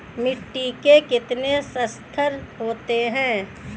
मिट्टी के कितने संस्तर होते हैं?